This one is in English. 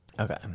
Okay